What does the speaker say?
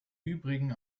übrigen